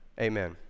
Amen